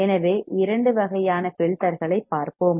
எனவே இரண்டு வகையான ஃபில்டர்களைப் பார்ப்போம்